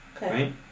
right